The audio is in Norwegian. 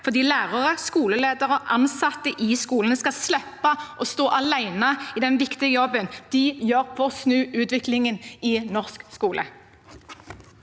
for lærere, skoleledere og ansatte i skolen skal slippe å stå alene i den viktige jobben de gjør for å snu utviklingen i norsk skole.